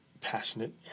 passionate